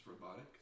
robotic